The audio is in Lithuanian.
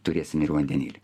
turėsim ir vandenilį